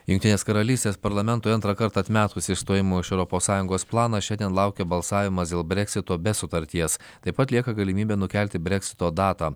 jungtinės karalystės parlamentui antrą kartą atmetus išstojimo iš europos sąjungos planą šiandien laukia balsavimas dėl breksito be sutarties taip pat lieka galimybė nukelti breksito datą